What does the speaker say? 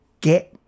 get